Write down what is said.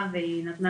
התוכנית,